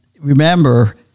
remember